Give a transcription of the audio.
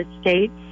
states